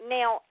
Now